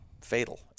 fatal